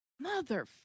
mother